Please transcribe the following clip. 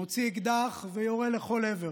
מוציא אקדח ויורה לכל עבר,